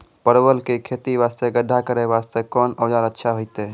परवल के खेती वास्ते गड्ढा करे वास्ते कोंन औजार अच्छा होइतै?